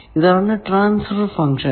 ഇതാണ് transfer function